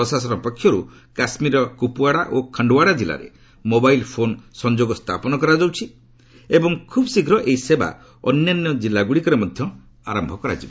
ପ୍ରଶାସନ ପକ୍ଷରୁ କାଶ୍ମୀରର କୁପୁୱାଡ଼ା ଓ ଖଣ୍ଡୱାଡ଼ା ଜିଲ୍ଲାରେ ମୋବାଇଲ୍ ଫୋନ୍ ସଂଯୋଗ ସ୍ଥାପନ କରାଯାଉଛି ଏବଂ ଖୁବ୍ ଶୀଘ୍ର ଏହି ସେବା ଅନ୍ୟାନ୍ୟ ଜିଲ୍ଲାଗୁଡ଼ିକରେ ମଧ୍ୟ ଆରମ୍ଭ କରାଯିବ